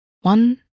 One